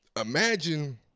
Imagine